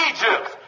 Egypt